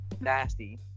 nasty